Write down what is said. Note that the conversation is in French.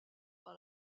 par